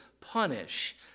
punish